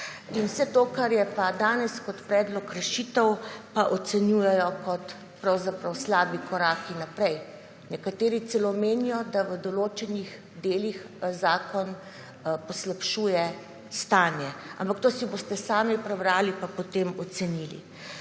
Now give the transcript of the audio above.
In vse to kar je danes kot predlog rešitev pa ocenjujejo kot slabi koraki naprej, nekateri celo menijo, da v določenih delih zakon poslabšuje stanje. Ampak to si boste sami prebrali, pa potem ocenili.